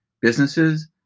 businesses